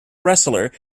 wrestler